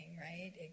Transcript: right